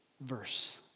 verse